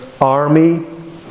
army